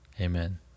Amen